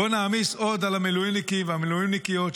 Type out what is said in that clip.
בוא נעמיס עוד על המילואימניקים והמילואימניקיות,